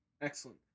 Excellent